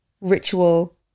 ritual